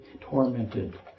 tormented